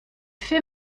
fait